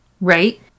Right